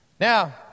now